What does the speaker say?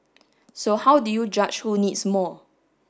so how do you judge who needs more